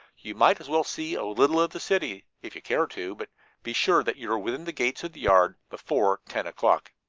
you might as well see a little of the city, if you care to, but be sure that you are within the gates of the yard before ten o'clock.